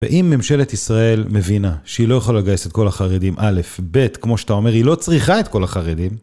ואם ממשלת ישראל מבינה שהיא לא יכולה לגייס את כל החרדים, א', ב', כמו שאתה אומר, היא לא צריכה את כל החרדים.